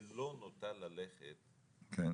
שלא נוטה ללכת לרווחה.